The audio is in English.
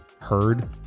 heard